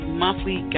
monthly